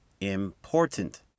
important